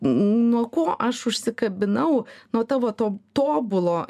nuo ko aš užsikabinau nuo tavo to tobulo